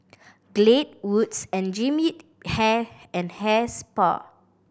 Glade Wood's and Jean Yip Hair and Hair Spa